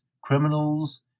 criminals